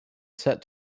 set